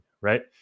right